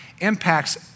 impacts